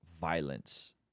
violence